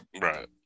Right